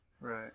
right